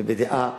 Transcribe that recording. אני בדעה,